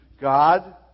God